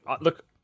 Look